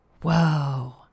Whoa